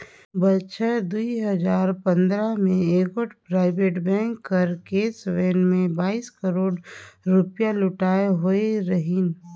बछर दुई हजार पंदरा में एगोट पराइबेट बेंक कर कैस वैन ले बाइस करोड़ रूपिया लूइट होई रहिन